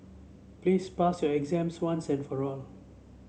please pass your exams once and for all